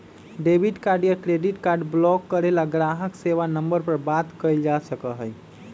debit card या credit card block करे ला ग्राहक सेवा नंबर पर बात कइल जा सका हई